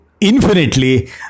infinitely